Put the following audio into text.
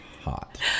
hot